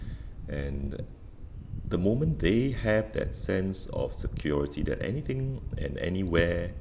and that the moment they have that sense of security that anything and anywhere